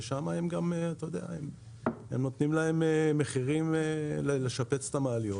ושם הם גם נותנים להם מחירים לשפץ את המעליות.